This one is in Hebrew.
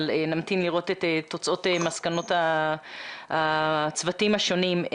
אבל נמתין לראות את תוצאות מסקנות הצוותים השונים.